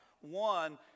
One